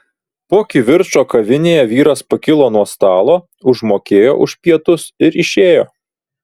po kivirčo kavinėje vyras pakilo nuo stalo užmokėjo už pietus ir išėjo